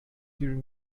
during